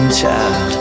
child